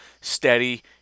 steady